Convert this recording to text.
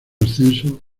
ascenso